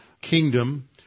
kingdom